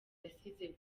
yasize